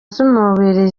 z’umubiri